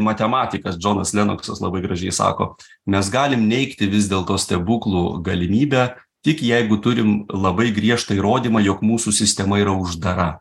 matematikas džonas lenoksas labai gražiai sako mes galim neigti vis dėlto stebuklų galimybę tik jeigu turim labai griežtą įrodymą jog mūsų sistema yra uždara